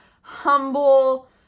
humble